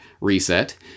Reset